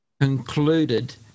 concluded